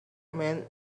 men